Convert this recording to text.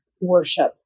worship